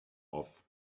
off